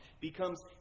becomes